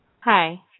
Hi